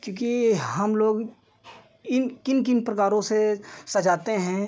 क्योंकि हमलोग इन किन किन प्रकारों से सजाते हैं